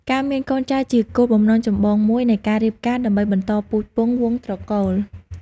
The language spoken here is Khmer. ការមានកូនចៅជាគោលបំណងចម្បងមួយនៃការរៀបការ ដើម្បីបន្តពូជពង្សវង្សត្រកូល។